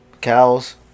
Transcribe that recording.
cows